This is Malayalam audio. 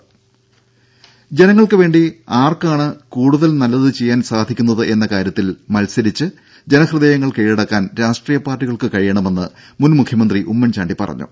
ദ്ദേ ജനങ്ങൾക്കു വേണ്ടി ആർക്കാണ് കൂടുതൽ നല്ലത് ചെയ്യാൻ സാധിക്കുന്നത് എന്ന കാര്യത്തിൽ മത്സരിച്ച് ജനഹൃദയങ്ങൾ കീഴടക്കാൻ രാഷ്ട്രീയ പാർട്ടികൾക്ക് കഴിയണമെന്ന് മുൻമുഖ്യമന്ത്രി ഉമ്മൻചാണ്ടി പറഞ്ഞു